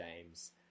James